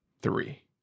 three